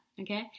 okay